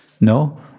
No